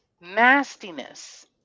nastiness